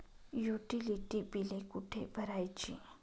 Utility बिले कुठे भरायची?